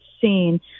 seen